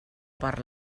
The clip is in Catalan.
per